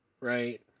right